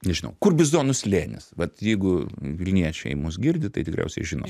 nežinau kur bizonų slėnis vat jeigu vilniečiai mus girdi tai tikriausiai žino